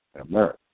America